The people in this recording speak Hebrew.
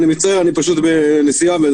בנסיעה.